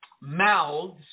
mouths